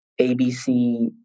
ABC